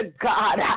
God